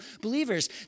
believers